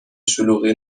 شلوغی